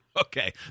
Okay